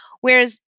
Whereas